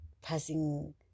passing